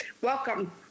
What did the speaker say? Welcome